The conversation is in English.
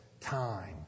time